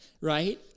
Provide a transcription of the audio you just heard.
right